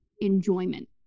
enjoyment